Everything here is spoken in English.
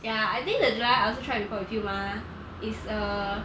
ya I think the Juhaila I also try it before with you mah it's err